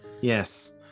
Yes